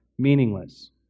Meaningless